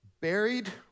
buried